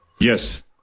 yes